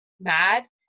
mad